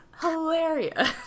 hilarious